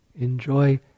Enjoy